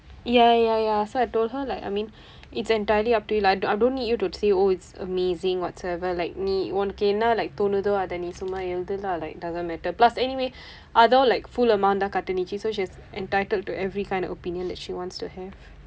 ya ya ya so I told her like I mean it's entirely up to you lah I don't I don't need you to say oh it's amazing whatsoever like நீ உனக்கு என்ன:ni unakku enna like தோணுதோ அதை நீ சும்மா எழுது:thonutho athai ni summa eluthu lah like doesn't matter plus anyway அதும்:athum like full amount தான் கட்டியது:thaan kattiyathu so she's entitled to every kind of opinion that she wants to have